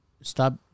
stop